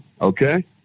okay